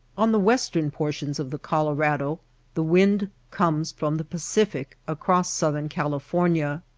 on the western portions of the colorado the wind comes from the pacific across southern california.